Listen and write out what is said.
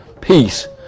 peace